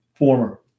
Former